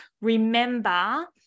remember